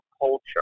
culture